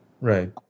Right